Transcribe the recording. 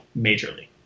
Majorly